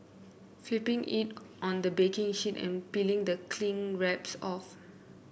flipping it on the baking sheet and peeling the cling wraps off